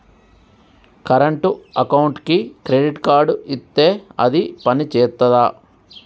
Current అకౌంట్కి credit card ఇత్తే అది పని చేత్తదా?